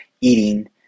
eating